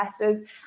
Investors